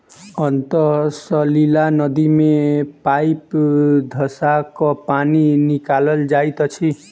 अंतः सलीला नदी मे पाइप धँसा क पानि निकालल जाइत अछि